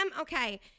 Okay